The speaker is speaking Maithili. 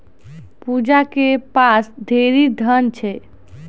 पूजा के पास ढेरी धन छै